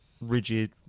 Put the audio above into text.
rigid